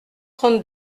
trente